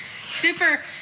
super